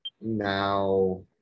now